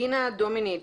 דינה דומיניץ,